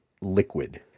liquid